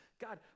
God